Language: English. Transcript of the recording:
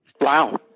Wow